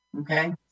okay